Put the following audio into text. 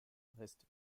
reste